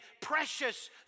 precious